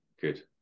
good